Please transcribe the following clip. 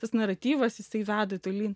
tas naratyvas jisai veda tolyn